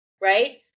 right